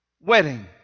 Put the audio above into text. wedding